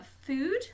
food